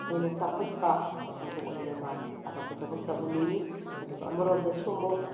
ꯍꯦꯟꯅ ꯆꯥꯎꯈꯠꯄ ꯑꯐꯕ ꯑꯣꯏꯅꯕ ꯑꯐꯕ ꯊꯕꯛ ꯇꯧꯍꯟꯅꯤꯡꯉꯤ ꯑꯗꯨꯒ ꯑꯃꯔꯣꯝꯗꯁꯨ ꯑꯃꯨꯛ